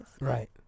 Right